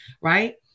Right